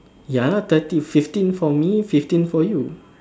ya thirty fifteen for me fifteen for you